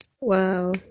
Wow